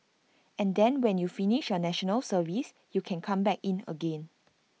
and then when you finish your National Service you can come back in again